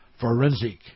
forensic